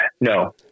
No